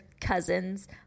cousin's